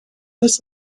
this